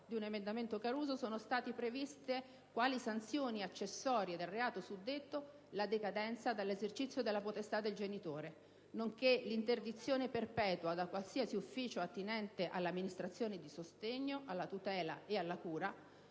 di un emendamento Caruso sono state previste, quali sanzioni accessorie del reato suddetto, la decadenza dall'esercizio della potestà del genitore, nonché l'interdizione perpetua da qualsiasi ufficio attinente alla amministrazione di sostegno, alla tutela e alla cura